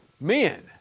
men